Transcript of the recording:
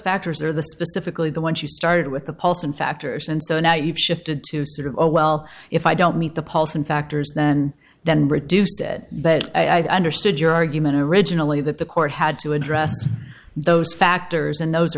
factors are the specifically the one she started with the pulse and factors and so now you've shifted to sort of oh well if i don't meet the paulson factors then then reduce it but i understood your argument originally that the court had to address those factors and those